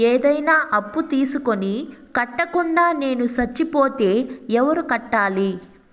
ఏదైనా అప్పు తీసుకొని కట్టకుండా నేను సచ్చిపోతే ఎవరు కట్టాలి?